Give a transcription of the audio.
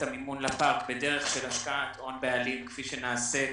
המימון לפארק בדרך של השקעת הון בעלים כפי שנעשית